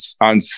on